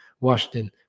Washington